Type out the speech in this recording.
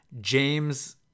James